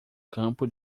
campo